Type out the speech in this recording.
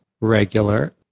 regular